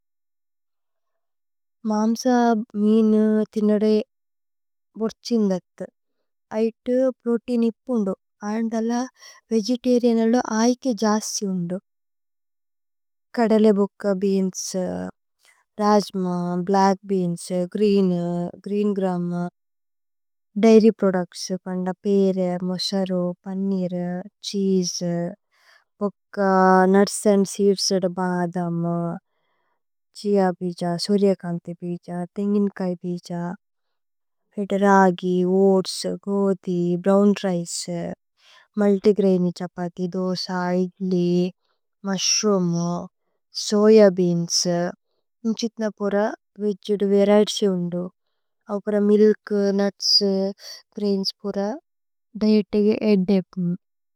മാമ്സ മീനു ഥിനുദു ബുര്ഛിന്ദഥു ഐതു പ്രോതേഇന്। ഇപ്പുന്ദു ആന്ദല വേഗേതരിഅനലു ആയികേ ജസ്ഥി। ഉന്ദു കദലൈബുക്ക beans rajma black beans green. Green gram dairy products പന്ദപേരേ മുസരു। പന്നീര്, ഛീസേ, ബുക്ക, നുത്സ് അന്ദ് സീദ്സു ബദമ്। ഛിഅ പേഛ സുരിയ കന്ഥേ പേഛ തേന്ഗിന്കൈ പേഛ। രഗി, ഓഅത്സ്, കോഥി, brown rice, multigrain. Chapati, dosa, idli, mushroom, soya beans. ഇമ്ഛിഥ്ന പുര വേഛുദു വരിഏതിഏസി ഉന്ദു ഔപുര। മില്കു നുത്സ് ഗ്രൈന്സ് പുര ദിഏതഗേ ഏദ്ദേ അപ്നു।